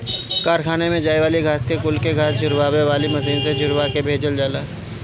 कारखाना में जाए वाली घास कुल के घास झुरवावे वाली मशीन से झुरवा के भेजल जाला